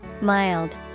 Mild